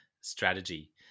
strategy